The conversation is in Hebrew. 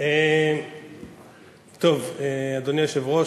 אדוני היושב-ראש,